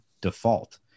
default